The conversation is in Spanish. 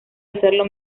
hacerlo